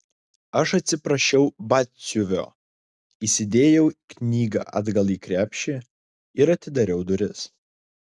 aš atsiprašiau batsiuvio įsidėjau knygą atgal į krepšį ir atidariau duris